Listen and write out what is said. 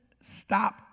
stop